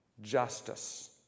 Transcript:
justice